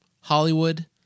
Hollywood